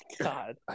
God